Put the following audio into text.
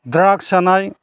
drugs जानाय